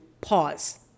pause